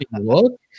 look